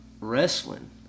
wrestling